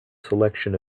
selection